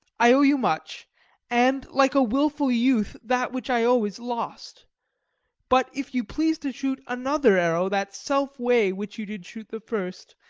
i owe you much and, like a wilful youth, that which i owe is lost but if you please to shoot another arrow that self way which you did shoot the first,